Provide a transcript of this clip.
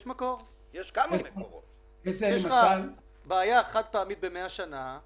יש לך בעיה חד-פעמית, פעם ב-100 שנה,